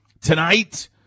tonight